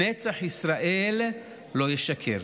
"נצח ישראל לא ישקר".